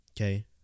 Okay